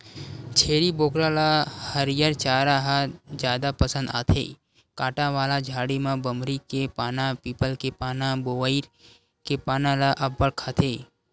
छेरी बोकरा ल हरियर चारा ह जादा पसंद आथे, कांटा वाला झाड़ी म बमरी के पाना, पीपल के पाना, बोइर के पाना ल अब्बड़ खाथे